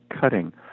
cutting